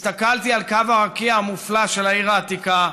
הסתכלתי על קו הרקיע המופלא של העיר העתיקה,